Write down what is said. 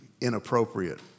inappropriate